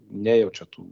nejaučia tų